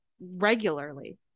regularly